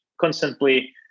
constantly